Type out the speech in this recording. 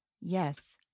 Yes